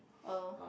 oh